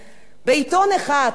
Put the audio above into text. שעד היום הזה קיים,